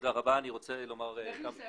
הרבה מאוד זמן.